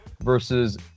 versus